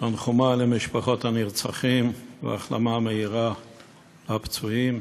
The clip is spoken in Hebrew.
תנחומי למשפחות הנרצחים והחלמה מהירה לפצועים.